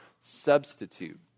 substitute